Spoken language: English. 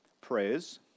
prayers